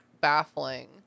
baffling